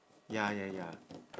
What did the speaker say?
ya ya ya